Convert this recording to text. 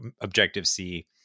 Objective-C